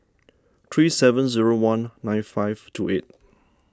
three seven zero one nine five two eight